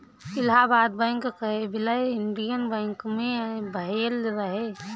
Allahabad bank कअ विलय Indian Bank मे भयल रहे